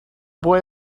boy